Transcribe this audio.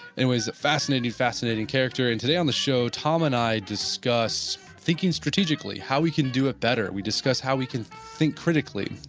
anyways, a fascinating, fascinating character and today on the show, tom and i discuss thinking strategically. how we can do it better. we discuss how we can think critically.